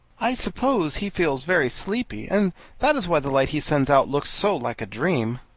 i suppose he feels very sleepy, and that is why the light he sends out looks so like a dream.